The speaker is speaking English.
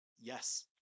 Yes